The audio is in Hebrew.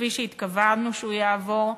כפי שהתכוונו שהוא יעבור.